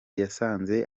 yasanze